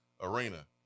arena